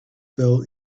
fell